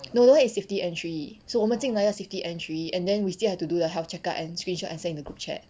no that one is safety entry so 我们进来要 safety entry and then we still have to do the health check up and screenshot and send to group chat